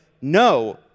no